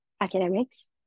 academics